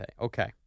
okay